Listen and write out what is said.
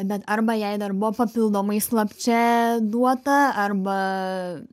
bet arba jai dar buvo papildomai slapčia duota arba